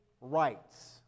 rights